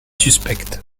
suspecte